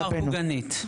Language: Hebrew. הוא לא אמר פוגענית.